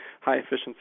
high-efficiency